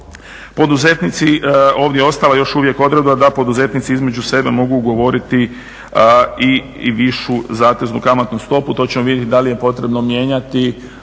Poduzetnici ovdje je ostala još uvijek odredba da poduzetnici između sebe mogu ugovoriti i višu zateznu kamatnu stopu. To ćemo vidjeti da li je potrebno mijenjati